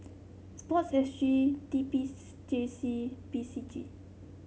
sport S G T P J C P C G